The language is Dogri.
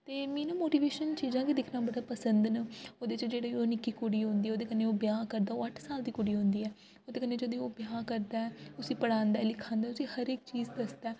ते मी ना मोटिवेशन चीजां दिक्खना बी बड़ा पसन्द न ओह्दे च जेह्ड़ी ओह् नि'क्की कुड़ी होंदी ओह्दे कन्नै ओह् ब्याह् करदा ओह् अट्ठ साल दी कुड़ी होंदी ऐ ते ओह्दे कन्नै जोह्दे ओह् ब्याह् करदा ऐ उसी पढ़ांदा ऐ लिखांदा ऐ उसी हर इक चीज़ दसदा ऐ